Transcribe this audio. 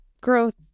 growth